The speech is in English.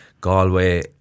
Galway